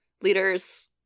Leaders